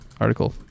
article